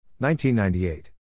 1998